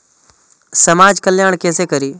समाज कल्याण केसे करी?